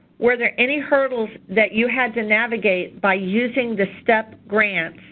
were there any hurdles that you had to navigate by using the step grant,